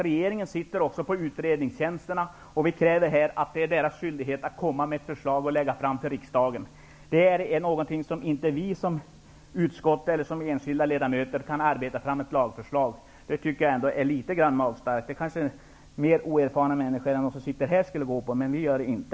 Regeringen har också inflytande över utredningarna. Vi här i riksdagen ser det som regeringens skyldighet att lägga fram förslag till lagar. Varken utskotten eller vi enskilda ledamöter kan arbeta fram ett lagförslag. Det är ändå litet väl magstarkt att påstå det. Mer oerfarna människor än de som sitter här kanske skulle gå på det, men vi gör det inte.